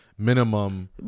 minimum